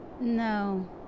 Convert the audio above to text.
No